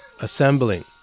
assembling